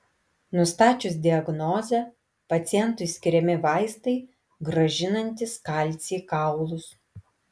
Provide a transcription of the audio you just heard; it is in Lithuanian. nustačius diagnozę pacientui skiriami vaistai grąžinantys kalcį į kaulus